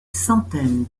centaines